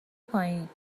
پایین